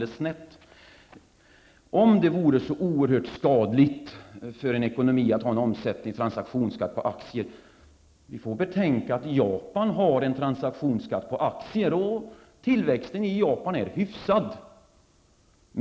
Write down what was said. Om man anser att det skulle vara så oerhört skadligt för en ekonomi att ha en omsättnings och transaktionsskatt på aktier, får man betänka att Japan har en transaktionsskatt på aktier. Tillväxten i Japan är hyfsad.